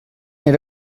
era